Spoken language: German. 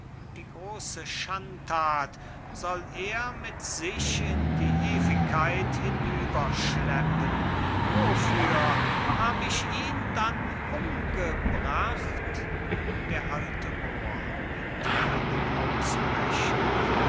die grose schandthat soll er mit sich in die ewigkeit hinüber schleppen wofür hab ich ihn dann umgebracht d a moor in thränen ausbrechend